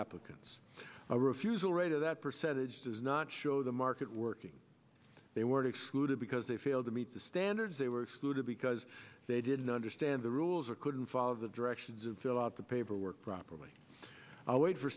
applicants a refusal rate or that percentage does not show the market working they were excluded because they failed to meet the standards they were excluded because they didn't understand the rules or couldn't follow the directions and fill out the paperwork properly i'll wait for